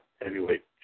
Heavyweight